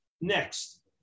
Next